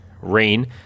Rain